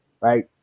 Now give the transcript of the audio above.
right